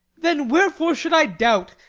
then wherefore should i doubt?